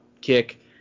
kick